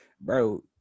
Bro